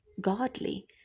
godly